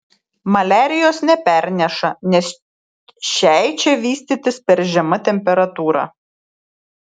maliarijos neperneša nes šiai čia vystytis per žema temperatūra